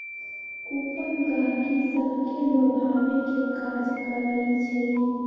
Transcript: coupon गहकि सभके लोभावे के काज करइ छइ